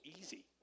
easy